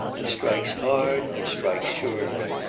and strikes hard and strikes surely.